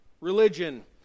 religion